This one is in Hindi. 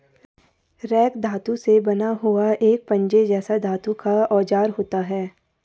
रेक धातु से बना हुआ एक पंजे जैसा धातु का औजार होता है